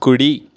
కుడి